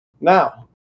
Now